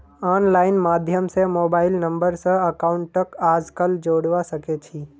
online माध्यम स mobile number स अकाउंटक आजकल जोडवा सके छी